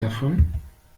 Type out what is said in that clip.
davon